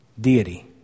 deity